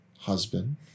husband